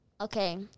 Okay